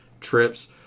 Trips